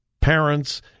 parents